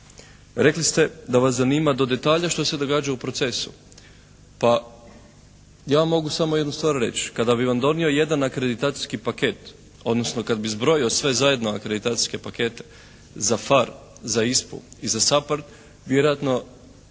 Rekli ste da vas zanima do detalja što se događa u procesu. Pa ja vam mogu samo jednu stvar reći. Kada bi vam donio jedan akreditacijski paket, odnosno kad bi zbrojio sve zajedno akreditacijske pakete za PHARE, za ISPA-u i za SAPARD vjerojatno